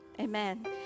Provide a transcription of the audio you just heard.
Amen